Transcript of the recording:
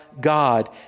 God